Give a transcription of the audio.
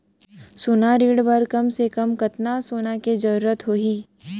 सोना ऋण बर कम से कम कतना सोना के जरूरत होही??